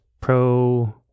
pro